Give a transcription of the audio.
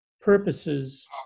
purposes